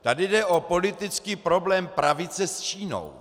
Tady jde o politický problém pravice s Čínou.